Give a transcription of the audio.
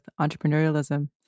entrepreneurialism